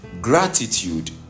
Gratitude